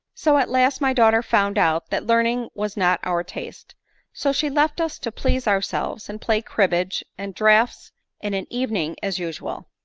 so at last my daughter found out that learn ing was not our taste so she left us to please ourselves, and play cribbage and draughts in an evening as usual.